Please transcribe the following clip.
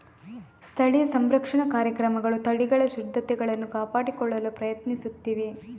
ಸ್ಥಳೀಯ ಸಂರಕ್ಷಣಾ ಕಾರ್ಯಕ್ರಮಗಳು ತಳಿಗಳ ಶುದ್ಧತೆಯನ್ನು ಕಾಪಾಡಿಕೊಳ್ಳಲು ಪ್ರಯತ್ನಿಸುತ್ತಿವೆ